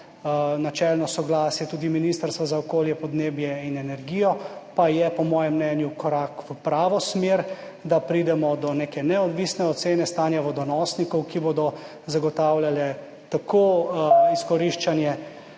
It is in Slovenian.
načelno soglasje Ministrstva za okolje, podnebje in energijo, pa je po mojem mnenju korak v pravo smer, da pridemo do neke neodvisne ocene stanja vodonosnikov, ki bodo zagotavljali tako izkoriščanje